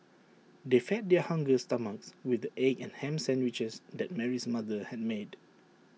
they fed their hungry stomachs with the egg and Ham Sandwiches that Mary's mother had made